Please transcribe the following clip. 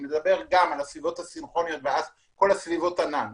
מדבר גם על הסביבות הסינכרוניות ועל כל סביבות הענן,